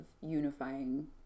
unifying